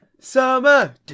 summer